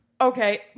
Okay